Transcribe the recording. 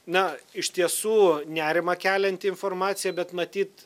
na iš tiesų nerimą kelianti informacija bet matyt